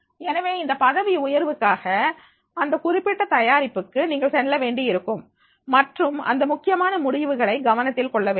எனவே இந்த பதவி உயர்வுக்காக இந்த குறிப்பிட்ட தயாரிப்புக்கு நீங்கள் செல்ல வேண்டி இருக்கும் மற்றும் அந்த முக்கியமான முடிவுகளை கவனத்தில் கொள்ள வேண்டும்